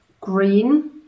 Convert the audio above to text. green